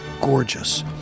gorgeous